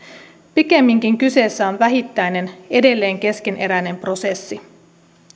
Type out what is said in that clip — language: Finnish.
pikemminkin kyseessä on vähittäinen edelleen keskeneräinen prosessi